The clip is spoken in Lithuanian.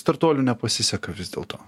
startuolių nepasiseka vis dėlto